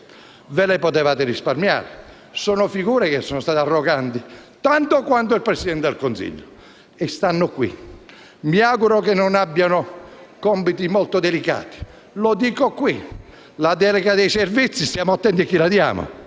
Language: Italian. ve le potevate risparmiare. Sono figure che sono state arroganti tanto quanto l'ex Presidente del Consiglio e ora stanno qui. Mi auguro che non abbiano compiti molto delicati. Lo dico qui: stiamo attenti a chi diamo